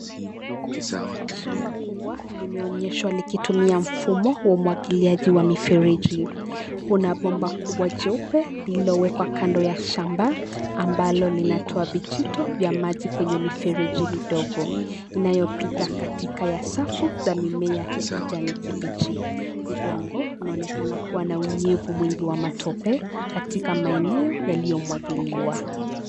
Shamba kubwa, limeonyeshwa likitumia mfumo wa umwagiliaji wa mifereji. Kuna bomba kubwa jeupe, lililowekwa kando ya shamba, ambalo linatoa vijito vya maji kwenye mifereji midogo, inayopita katika ya safu, za mimea ya kijani kibichi. Udongo unaonekana kuwa na unyevu mwingi wa matope, katika maeneo yaliyomwagiliwa.